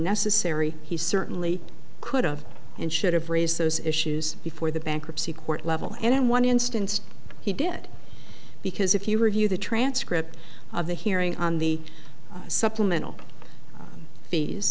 necessary he certainly could have and should have raised those issues before the bankruptcy court level and in one instance he did because if you review the transcript of the hearing on the supplemental fees